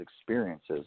experiences